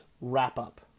wrap-up